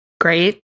great